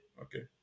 Okay